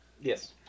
yes